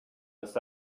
this